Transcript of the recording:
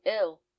ill